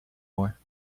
more